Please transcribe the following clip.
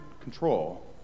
control